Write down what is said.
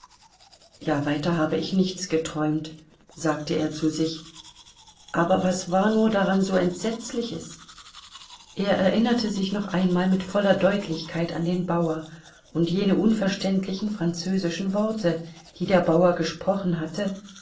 ja weiter habe ich nichts geträumt sagte er zu sich aber was war nur daran so entsetzliches er erinnerte sich noch einmal mit voller deutlichkeit an den bauer und jene unverständlichen französischen worte die der bauer gesprochen hatte